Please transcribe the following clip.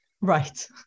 Right